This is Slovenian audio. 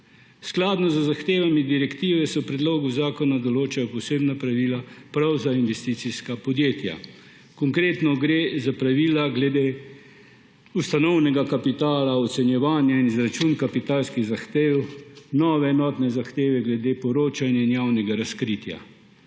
Skladno z zahtevami direktive se v predlogu zakona določajo posebna pravica prav za investicijska podjetja. Konkretno gre za pravila glede ustanovnega kapitala, ocenjevanja in izračun kapitalskih zahtev, nove enotne zahteve glede poročanja in javnega razkritja.